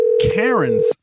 Karen's